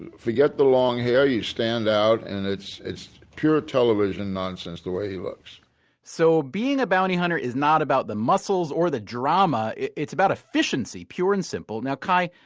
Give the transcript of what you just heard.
and forget the long hair you stand out. and it's it's pure television nonsense, the way he looks so being a bounty hunter is not about the muscles or the drama, it's about efficiency, pure and simple. now kai,